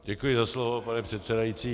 Děkuji za slovo, pane předsedající.